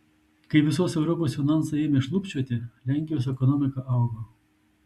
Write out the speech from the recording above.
kai visos europos finansai ėmė šlubčioti lenkijos ekonomika augo